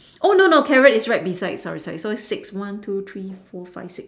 oh no no carrot is right beside sorry sorry so it's six one two three four five six